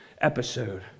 episode